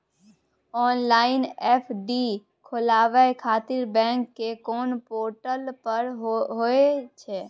Online FD खोलाबय खातिर bank के कोन पोर्टल पर होए छै?